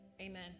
amen